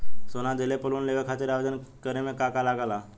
सोना दिहले पर लोन लेवे खातिर आवेदन करे म का का लगा तऽ?